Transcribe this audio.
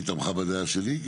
היא תמכה בדעה שלי?